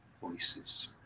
voices